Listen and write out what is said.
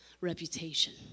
reputation